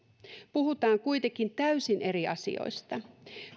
puhutaan kuitenkin täysin eri asioista